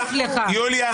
יוליה.